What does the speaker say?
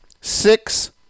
six